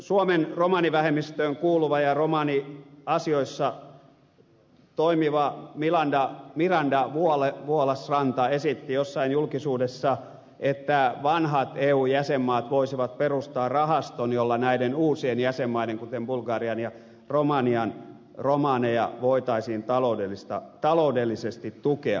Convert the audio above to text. suomen romanivähemmistöön kuuluva ja romaniasioissa toimiva miranda vuolasranta esitti jossain julkisuudessa että vanhat eu jäsenmaat voisivat perustaa rahaston jolla näiden uusien jäsenmaiden kuten bulgarian ja romanian romaneja voitaisiin taloudellisesti tukea